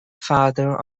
father